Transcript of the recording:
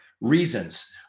reasons